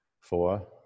Four